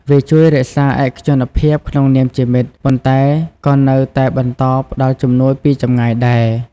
វាជួយរក្សាឯកជនភាពក្នុងនាមជាមិត្ត ប៉ុន្តែក៏នៅតែបន្តផ្តល់ជំនួយពីចម្ងាយដែរ។